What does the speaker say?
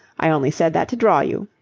i only said that to draw you.